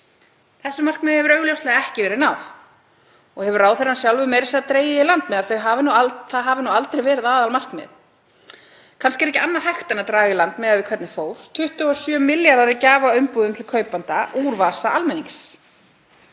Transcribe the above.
Þessu markmiði hefur augljóslega ekki verið náð og hefur ráðherrann sjálfur meira að segja dregið í land með það og sagt að það hafi aldrei verið aðalmarkmiðið. Kannski er ekki annað hægt en að draga í land miðað við hvernig fór, 27 milljarðar í gjafaumbúðum til kaupenda úr vasa almennings.